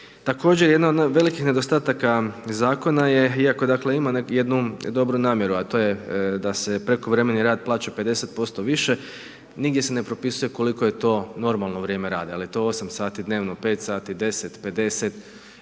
Također, jedna od velikih nedostataka zakona je, iako dakle, ima jednu dobru namjeru a to je da se prekovremeni rad plaća 50% više nigdje se ne propisuje koliko je to normalno vrijeme rada, jel je to 8 sati dnevno, 5 sati, 10, 50